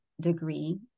degree